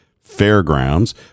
Fairgrounds